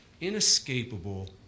inescapable